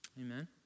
Amen